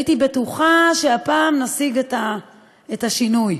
והייתי בטוחה שהפעם נשיג את השינוי,